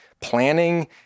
planning